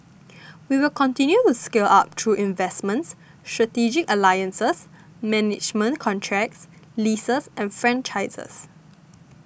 we will continue to scale up through investments strategic alliances management contracts leases and franchises